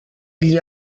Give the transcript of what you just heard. gli